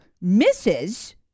Misses